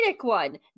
one